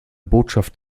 botschaft